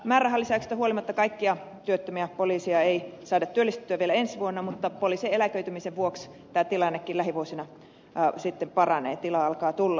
määrärahan lisäyksestä huolimatta kaikkia työttömiä poliiseja ei saada työllistettyä vielä ensi vuonna mutta poliisien eläköitymisen vuoksi tämä tilannekin lähivuosina paranee tilaa alkaa tulla